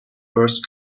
first